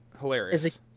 Hilarious